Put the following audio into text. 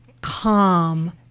calm